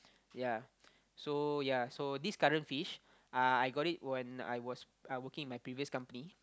ya so ya so this current fish uh I got it when I was I working in my previous company